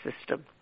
system